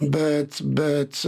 bet bet